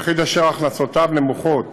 יחיד אשר הכנסותיו נמוכות